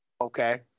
okay